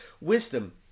wisdom